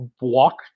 walk